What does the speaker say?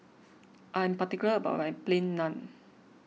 I about Plain Naan